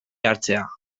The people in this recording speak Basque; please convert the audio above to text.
hartzea